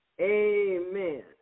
Amen